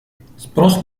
спрос